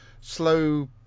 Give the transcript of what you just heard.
slow